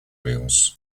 wheels